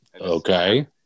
okay